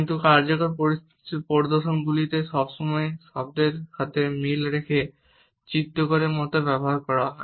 কিন্তু কার্যকর প্রদর্শনগুলি সবসময় শব্দের সাথে মিল রেখে চিত্রকরের মতো ব্যবহার করা হয়